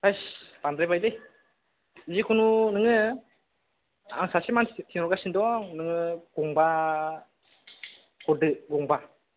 थोस बांद्रायबायलै जिखुनु नोङो आं सासे मानसि थिनहरगासिनो दं नोङो गंबा हरदो गंबा